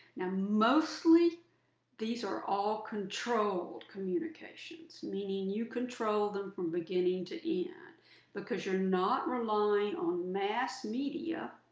now mostly these are all controlled communications, meaning you control them from beginning to end. because you're not relying on mass media,